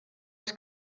els